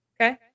Okay